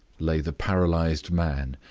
lay the paralyzed man,